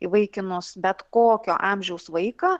įvaikinus bet kokio amžiaus vaiką